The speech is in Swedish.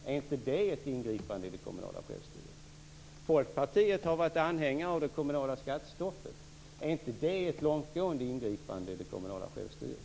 Är inte det ett ingripande i det kommunala självstyret? Folkpartiet har varit anhängare av det kommunala skattestoppet. Är inte det ett långtgående ingripande i det kommunala självstyret?